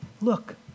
look